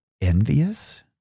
envious